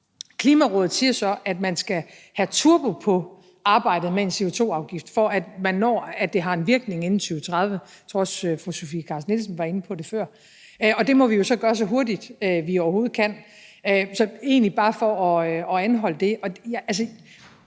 Klimarådet siger så, at man skal have turbo på arbejdet med en CO2-afgift, for at man når at sørge for, at det har en virkning inden 2030. Jeg tror også, fru Sofie Carsten Nielsen var inde på det før. Og det må vi jo så gøre så hurtigt, vi overhovedet kan. Så det er egentlig bare for at anholde det.